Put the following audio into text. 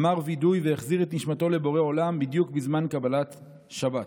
אמר וידוי והחזיר את נשמתו לבורא עולם בדיוק בזמן קבלת שבת.